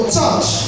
touch